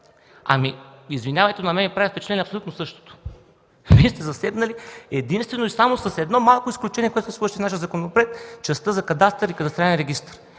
Ами, извинявайте, но сега ми прави впечатление абсолютно същото. Вие сте засегнали единствено с едно малко изключение, съществуващо в нашия законопроект, частта за кадастъра и Кадастралния регистър.